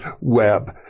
web